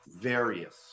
various